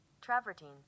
travertine